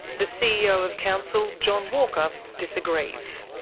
the ceo of council john walker disagrees.